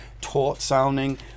taut-sounding